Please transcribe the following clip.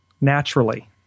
naturally